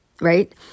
right